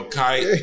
kite